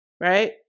right